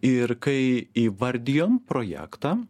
ir kai įvardijom projektą